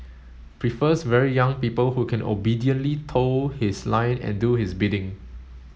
prefers very young people who can obediently toe his line and do his bidding